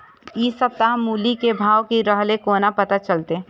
इ सप्ताह मूली के भाव की रहले कोना पता चलते?